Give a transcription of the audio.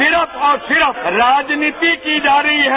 सिर्फ और सिर्फ राजनीति की जा रही है